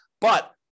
But-